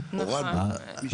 הורדנו.